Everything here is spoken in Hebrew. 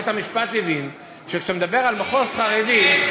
בית-המשפט הבין שכשאתה מדבר על מחוז חרדי,